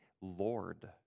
Lord